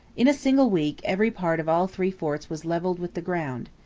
in a single week every part of all three forts was levelled with the ground.